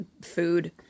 food